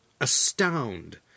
astound